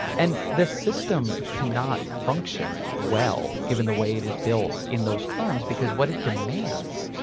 and this system cannot function well given the way it is built in those terms because what it demands,